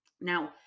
Now